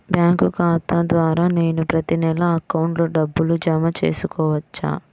Bank ఖాతా ద్వారా నేను ప్రతి నెల అకౌంట్లో డబ్బులు జమ చేసుకోవచ్చా?